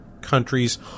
countries